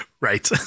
Right